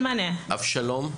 אבשלום,